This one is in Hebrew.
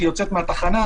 אחרי שהיא יוצאת מהתחנה,